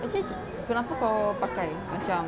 actually kenapa kau pakai macam